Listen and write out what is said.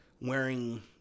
wearing